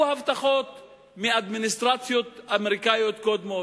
הבטחות מאדמיניסטרציות אמריקניות קודמות.